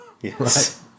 Yes